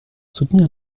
soutenir